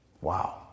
Wow